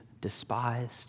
despised